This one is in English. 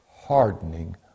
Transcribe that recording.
hardening